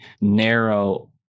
narrow